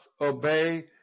obey